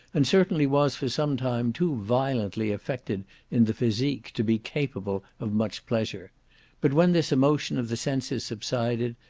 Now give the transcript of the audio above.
and certainly was, for some time, too violently affected in the physique to be capable of much pleasure but when this emotion of the senses subsided,